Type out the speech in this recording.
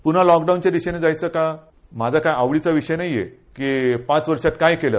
पून्हा लॉकडॉऊनच्या दिशेनं जायचं का माझ्या काही आवडीचा विषय नाहीये की पाच वर्षात काय केलं